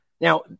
Now